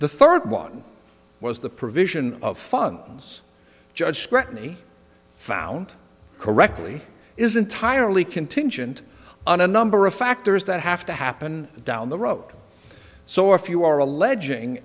the third one was the provision of functions judge scrutiny found correctly is entirely contingent on a number of factors that have to happen down the road so if you are alleging